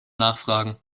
nachfragen